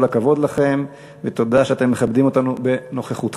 כל הכבוד לכם ותודה שאתם מכבדים אותנו בנוכחותכם.